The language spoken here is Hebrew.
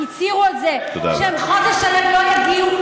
הצהירו על זה שהם חודש שלם לא יגיעו,